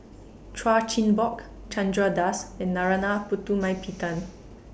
Chan Chin Bock Chandra Das and Narana Putumaippittan